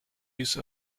use